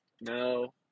No